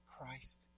Christ